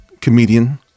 comedian